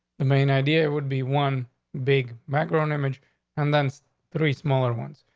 the main idea would be one big macaron image and then three smaller ones.